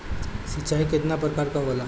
सिंचाई केतना प्रकार के होला?